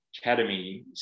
academy